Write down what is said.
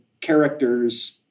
characters